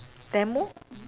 demo